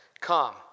Come